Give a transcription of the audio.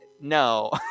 no